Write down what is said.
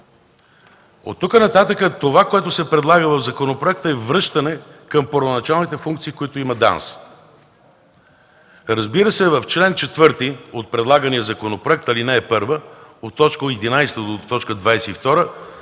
Оттук нататък това, което се предлага в законопроекта, е връщане към първоначалните функции, които има ДАНС. Разбира се, в чл. 4 от предлагания законопроект, ал. 1, точки 11-22